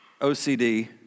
OCD